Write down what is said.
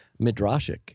midrashic